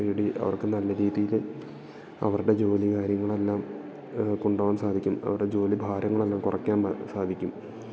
തേടി അവർക്ക് നല്ല രീതിയിൽ അവരുടെ ജോലി കാര്യങ്ങൾ എല്ലാം കൊണ്ട് പോവാൻ സാധിക്കും അവരുടെ ജോലി ഭാരങ്ങൾ എല്ലാം കുറയ്ക്കാൻ സാധിക്കും